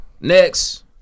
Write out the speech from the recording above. Next